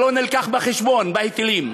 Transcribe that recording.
שלא הובא בחשבון בהיטלים.